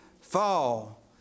fall